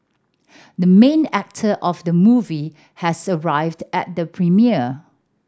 the main actor of the movie has arrived at the premiere